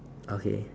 okay